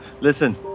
listen